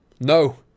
No